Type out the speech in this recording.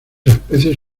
especies